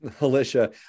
Alicia